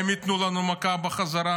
הם ייתנו לנו מכה בחזרה,